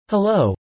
Hello